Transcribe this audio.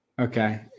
Okay